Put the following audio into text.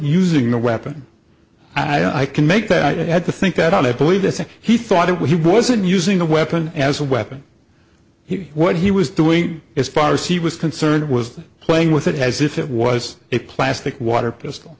using the weapon and i can make that i had to think that i believe that he thought it was he wasn't using a weapon as a weapon he what he was doing is piracy was concerned it was playing with it as if it was a plastic water pistol